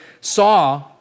saw